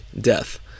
death